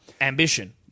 Ambition